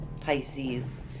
Pisces